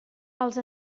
els